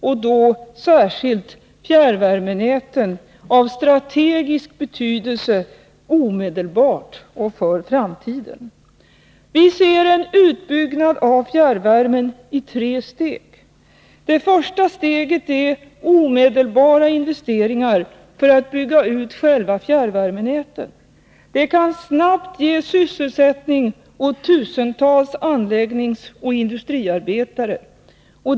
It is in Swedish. Utbyggnaden av fjärrvärmenäten är härvid av stategisk betydelse omedelbart och för framtiden. Vi ser utbyggnaden av fjärrvärmen i tre steg. Det första steget är omedelbara investeringar för att bygga ut själva fjärrvärmenäten. Det kan snabbt ge sysselsättning åt tusentals anläggningsoch industriarbetare.